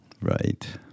right